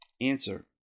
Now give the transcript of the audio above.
Answer